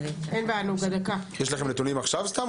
יש לכם נתונים עכשיו?